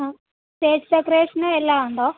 ആ സ്റ്റേജ് ഡെക്കറേഷനും എല്ലാം ഉണ്ടോ